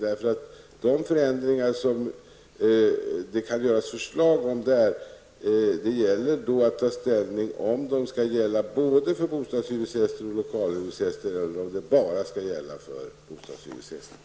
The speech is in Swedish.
Det gäller för kommittén att ta ställning till om den lagstiftning som föreslås skall gälla för både bostadshyresgäster och lokalhyresgäster eller om den bara skall gälla bostadshyresgäster.